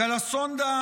גולסונדה